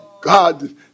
god